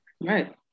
Right